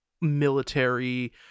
military